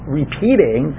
repeating